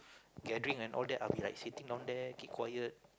gathering and all that I'll be like sitting down there keep quiet